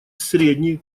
средней